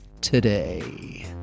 today